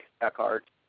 Eckhart